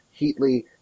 Heatley